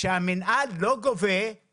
אני חושבת שהאחרון שמבקש לדבר הוא גם בזום, ד"ר